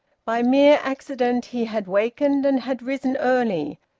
by mere accident he had wakened and had risen early,